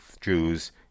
Jews